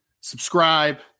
subscribe